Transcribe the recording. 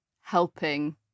helping